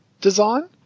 design